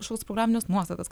kažkokias programines nuostatas